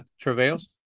travails